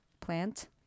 plant